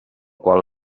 qual